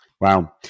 Wow